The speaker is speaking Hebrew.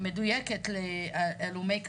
-- שהיא מדויקת להלומי קרב,